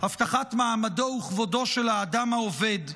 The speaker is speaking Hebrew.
הבטחת מעמדו וכבודו של האדם העובד,